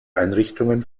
einrichtungen